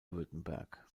württemberg